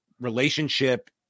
relationship